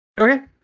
Okay